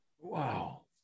Wow